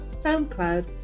SoundCloud